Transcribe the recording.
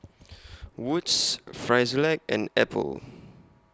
Wood's Frisolac and Apple